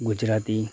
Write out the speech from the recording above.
Gujarati